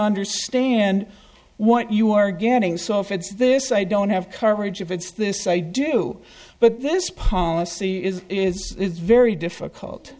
understand what you are getting so if it's this i don't have coverage if it's this i do but this policy it's very difficult